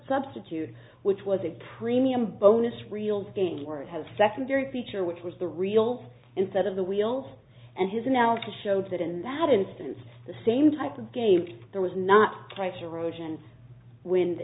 substitute which was a premium bonus real's game where it has secondary feature which was the real instead of the wheels and his analysis showed that in that instance the same type of game there was not